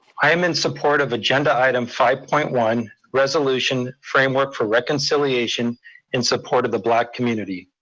i'm in support of agenda item five point one, resolution framework for reconciliation in support of the black community.